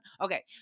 Okay